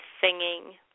singing